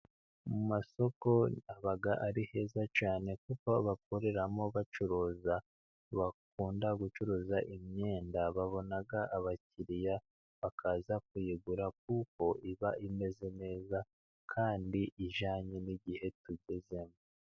Mu masoko haba ari heza cyane kuko bakoreramo bacuruza, bakunda gucuruza imyenda babona abakiriya, bakaza kuyigura kuko iba imeze neza kandi ijyanye n'igihe tugezemo.